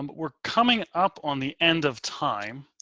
um we're coming up on the end of time